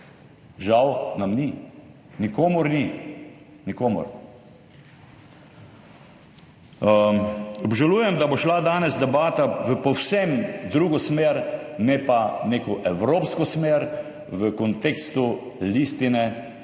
Žal nam ni. Nikomur ni. Nikomur. Obžalujem, da bo šla danes debata v povsem drugo smer, ne pa neko evropsko smer v kontekstu Listine